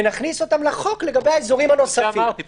ונכניס אותן לחוק לגבי האזורים הנוספים.